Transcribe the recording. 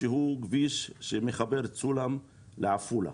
שהוא כביש שמחבר את סולם לעפולה.